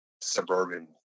suburban